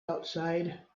outside